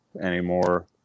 anymore